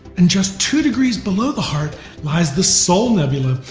and just two degrees below the heart lies the soul nebula,